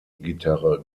gitarre